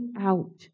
out